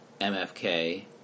MFK